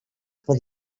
for